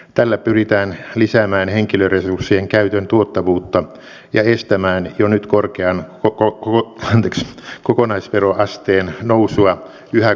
tällä pyritään lisäämään henkilöresurssien käytön tuottavuutta ja estämään jo nyt korkean kokonaisveroasteen nousua yhä korkeammaksi